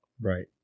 right